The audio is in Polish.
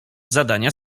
zadania